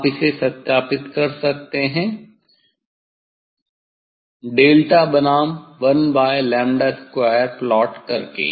आप इसे सत्यापित कर सकते है डेल्टा 𝝳 बनाम one by lambda square plot कर के